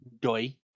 Doi